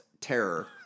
Terror